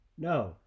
No